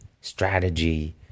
strategy